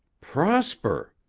prosper!